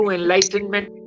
enlightenment